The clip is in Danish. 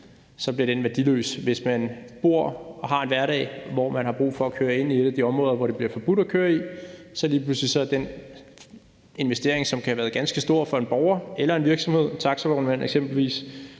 pludselig værdiløs, hvis man bor og har en hverdag, hvor man har brug for at køre ind i et de områder, som det bliver forbudt at køre i. Og lige pludselig er den investering, som kan have været ganske stor for en borger eller en virksomhed, en taxavognmand eksempelvis,